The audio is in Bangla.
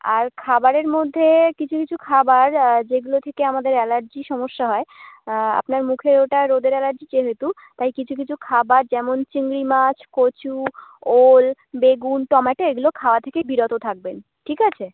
আর খাবারের মধ্যে কিছু কিছু খাবার যেগুলো থেকে আমাদের অ্যালার্জির সমস্যা হয় আপনার মুখে ওটা রোদের অ্যালার্জি যেহেতু তাই কিছু কিছু খাবার যেমন চিংড়ি মাছ কচু ওল বেগুন টম্যাটো এগুলো খাওয়া থেকে বিরত থাকবেন ঠিক আছে